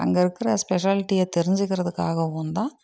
அங்க இருக்கிற ஸ்பெஷாலிட்டியை தெரிஞ்சிக்கிறதுக்காகவும் தான்